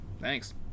thanks